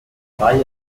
zwei